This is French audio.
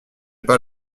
pas